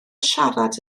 siarad